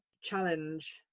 challenge